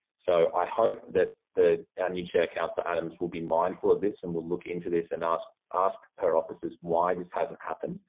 so, i hope that our and new chair, councillor adams, will be mindful of this and will look into this and ask ask her officers why this hasn't happened.